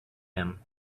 him